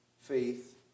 Faith